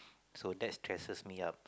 so that stresses me up